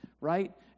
right